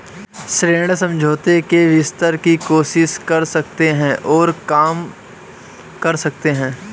ऋण समझौते के विस्तार की कोशिश कर सकते हैं और काम कर सकते हैं